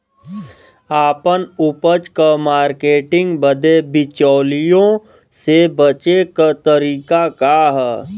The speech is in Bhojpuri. आपन उपज क मार्केटिंग बदे बिचौलियों से बचे क तरीका का ह?